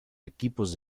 equipos